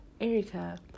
Erica